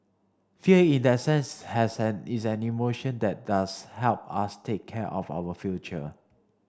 fear in that sense has an is an emotion that does help us take care of our future